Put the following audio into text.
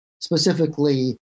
specifically